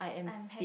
I'm hap~